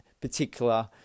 particular